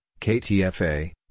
KTFA